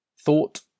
Thought